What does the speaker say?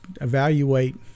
evaluate